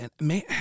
man